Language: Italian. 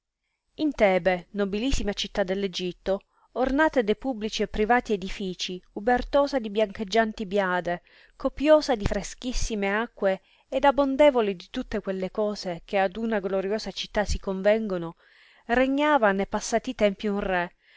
tebe nobilissima città dell egitto ornata de publici e privati edifici ubertosa di biancheggianti biade copiosa di freschissime acque ed abondevole di tutte quelle cose che ad una gloriosa città si convengono regnava ne passati tempi un re